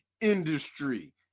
industry